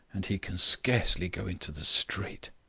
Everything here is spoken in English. and he can scarcely go into the street.